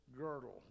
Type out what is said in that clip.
girdle